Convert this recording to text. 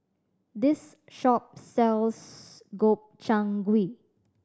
this shop sells Gobchang Gui